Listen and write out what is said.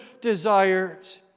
desires